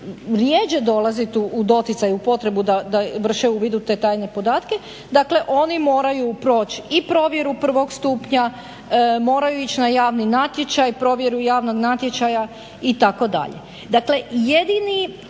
rjeđe dolaziti u doticaj u potrebu da vrše uvid u te tajne podatke, dakle oni moraju proći i provjeru 1. stupnja, moraju ići na javni natječaj, provjeru javnog natječaja itd. Dakle, jedini